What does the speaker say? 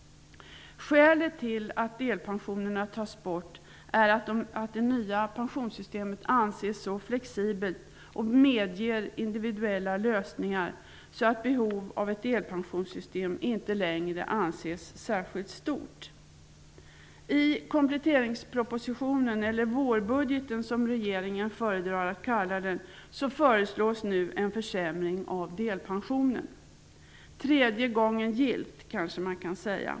Skälet till att delpensionerna tas bort är att det nya pensionssystemet anses så flexibelt och medger individuella lösningar så att behov av ett delpensionssystem inte längre anses särskilt stort. I kompletteringspropositionen, eller vårbudgeten som regeringen föredrar att kalla den, föreslås nu en försämring av delpensionen. Tredje gången gillt, kanske man kan säga.